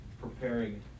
preparing